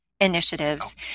initiatives